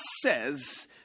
says